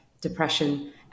depression